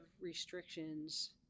restrictions